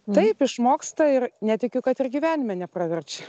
taip išmoksta ir netikiu kad ir gyvenime nepraverčia